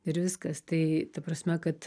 ir viskas tai ta prasme kad